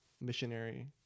missionary